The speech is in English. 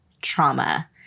trauma